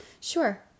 Sure